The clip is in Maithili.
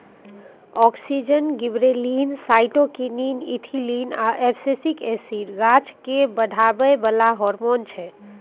आक्जिन, गिबरेलिन, साइटोकीनीन, इथीलिन आ अबसिसिक एसिड गाछकेँ बढ़ाबै बला हारमोन छै